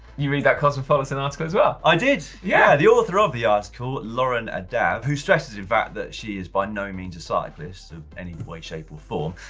you read that cosmopolitan article as well. i did yeah, the author of the article, lauren adhav, who stresses the fact that she is by no means a cyclist, of any way, shape or form,